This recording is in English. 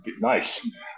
nice